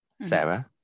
Sarah